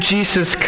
Jesus